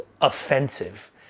offensive